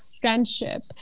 friendship